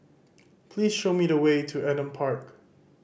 please show me the way to Adam Park